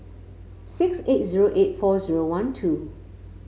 six eight zero eight four zero one two